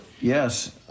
Yes